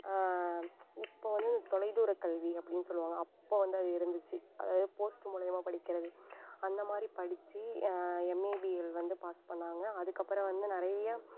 இப்போ வந்து இந்த தொலை தூரக்கல்வி அப்படின்னு சொல்லுவாங்க அப்போ வந்து அது இருந்துச்சு அதாவது போஸ்ட் மூலிமா படிக்கின்றது அந்தமாதிரி படித்து எம்ஏ பிஎல் வந்து பாஸ் பண்ணாங்க அதுக்கப்புறம் வந்து நிறைய